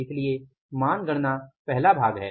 इसलिए मान गणना पहला भाग है